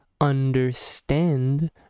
understand